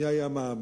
מי היה מאמין